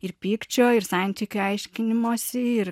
ir pykčio ir santykių aiškinimosi ir